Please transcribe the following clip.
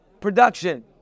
production